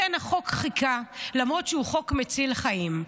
לכן החוק חיכה, למרות שהוא חוק מציל חיים.